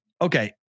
okay